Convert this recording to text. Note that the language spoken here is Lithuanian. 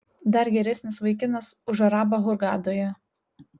dar geresnis vaikinas už arabą hurgadoje